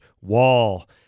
wall